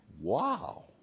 Wow